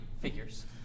figures